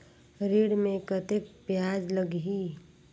ऋण मे कतेक ब्याज लगही?